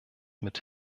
mit